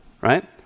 right